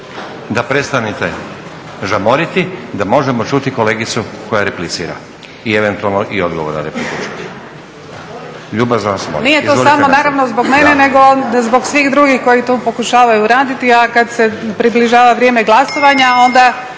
da prestanete žamoriti da možemo čuti kolegicu koja replicira i eventualno i odgovor na repliku. Ljubazno vas molim! Izvolite, nastavite. **Kosor, Jadranka (Nezavisni)** Nije to samo naravno zbog mene nego zbog svih drugih koji tu pokušavaju raditi, a kad se približava vrijeme glasovanja onda